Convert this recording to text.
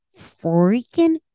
freaking